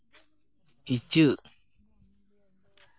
ᱤᱪᱟᱹᱜ